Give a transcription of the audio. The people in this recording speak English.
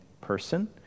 person